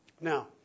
Now